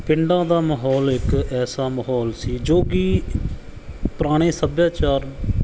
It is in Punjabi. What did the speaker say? ਪਿੰਡਾਂ ਦਾ ਮਾਹੌਲ ਇੱਕ ਐਸਾ ਮਾਹੌਲ ਸੀ ਜੋ ਕਿ ਪੁਰਾਣੇ ਸੱਭਿਆਚਾਰ